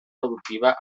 productiva